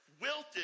wilted